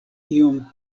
iom